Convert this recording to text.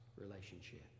relationship